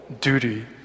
duty